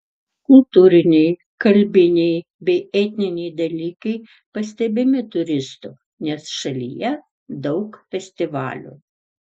kultūriniai kalbiniai bei etniniai dalykai pastebimi turistų nes šalyje daug festivalių